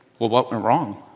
well what went wrong?